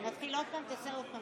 נתחיל עוד פעם.